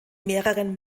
mehreren